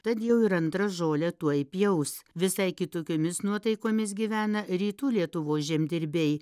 tad jau ir antrą žolę tuoj pjaus visai kitokiomis nuotaikomis gyvena rytų lietuvos žemdirbiai